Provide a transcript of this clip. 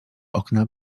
okna